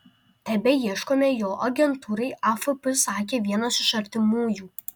tebeieškome jo agentūrai afp sakė vienas iš artimųjų